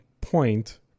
point